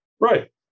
Right